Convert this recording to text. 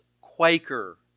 Quaker